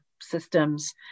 systems